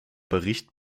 bericht